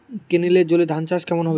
কেনেলের জলে ধানচাষ কেমন হবে?